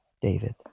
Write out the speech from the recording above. David